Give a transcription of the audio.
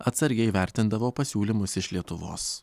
atsargiai vertindavo pasiūlymus iš lietuvos